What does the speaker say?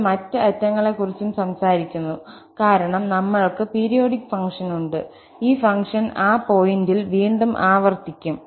നമ്മൾ മറ്റ് അറ്റങ്ങളെക്കുറിച്ചും സംസാരിക്കുന്നു കാരണം നമ്മൾക്ക് പീരിയോഡിക് ഫംഗ്ഷൻ ഉണ്ട് ഈ ഫംഗ്ഷൻ ആ പോയിന്റിൽ വീണ്ടും ആവർത്തിക്കും